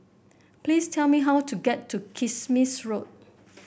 please tell me how to get to Kismis Road